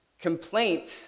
Complaint